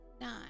nine